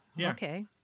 Okay